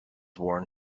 worn